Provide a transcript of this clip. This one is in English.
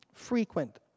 frequent